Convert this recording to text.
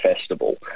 festival